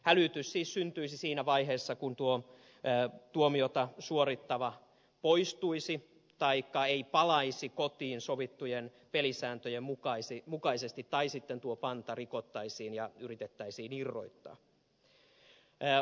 hälytys siis syntyisi siinä vaiheessa kun tuo tuomiota suorittava poistuisi taikka ei palaisi kotiin sovittujen pelisääntöjen mukaisesti tai panta rikottaisiin ja yritettäisiin irrottaa